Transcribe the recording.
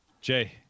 Jay